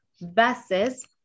versus